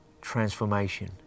transformation